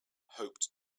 hoped